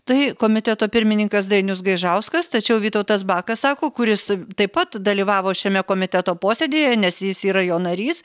tai komiteto pirmininkas dainius gaižauskas tačiau vytautas bakas sako kuris taip pat dalyvavo šiame komiteto posėdyje nes jis yra jo narys